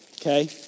Okay